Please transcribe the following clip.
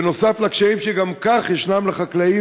נוסף על הקשיים שגם כך יש לחקלאים,